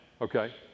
okay